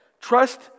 Trust